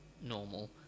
normal